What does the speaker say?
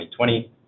2020